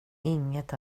inget